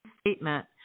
statement